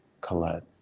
Colette